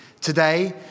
today